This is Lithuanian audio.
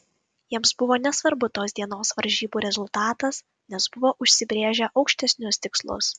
jiems buvo nesvarbu tos dienos varžybų rezultatas nes buvo užsibrėžę aukštesnius tikslus